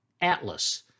Atlas